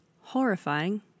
horrifying